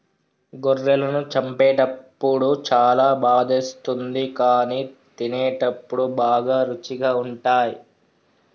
గొర్రెలను చంపేటప్పుడు చాలా బాధేస్తుంది కానీ తినేటప్పుడు బాగా రుచిగా ఉంటాయి